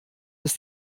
ist